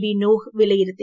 B നൂഹ് വ്വിലയിരുത്തി